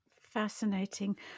fascinating